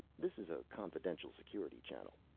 this is a confidential security channel.